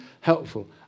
helpful